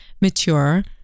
mature